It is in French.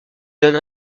donne